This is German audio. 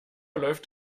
läuft